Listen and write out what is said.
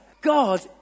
God